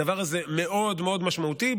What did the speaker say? הדבר הזה מאוד מאוד משמעותי.